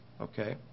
okay